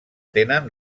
tenen